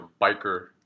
biker